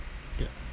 ya